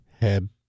head